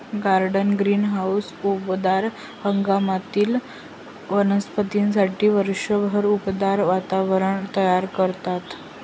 garden greenhouse उबदार हंगामातील वनस्पतींसाठी वर्षभर उबदार वातावरण तयार करतात